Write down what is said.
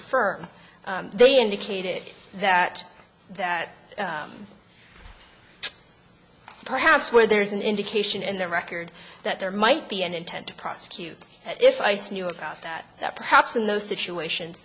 affirm they indicated that that perhaps where there's an indication in the record that there might be an intent to prosecute if i see you about that that perhaps in those situations